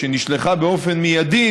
שנשלחה באופן מיידי,